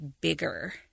bigger